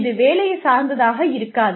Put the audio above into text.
இது வேலையைச் சார்ந்ததாக இருக்காது